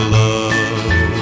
love